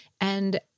And-